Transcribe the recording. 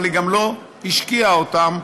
אבל היא גם לא השקיעה אותם,